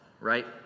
right